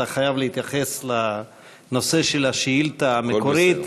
אתה חייב להתייחס לנושא של השאילתה המקורית.